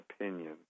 opinion